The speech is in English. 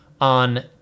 on